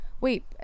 Wait